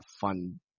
fun